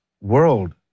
world